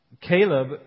Caleb